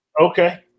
Okay